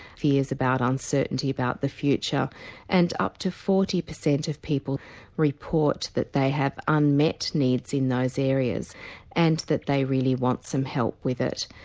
fears about uncertainty about the future and up to forty percent of people report that they have unmet needs in those areas and that they really want some help with it.